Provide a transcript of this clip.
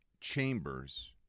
chambers